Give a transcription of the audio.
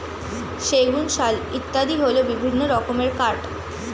সেগুন, শাল ইত্যাদি হল বিভিন্ন রকমের কাঠ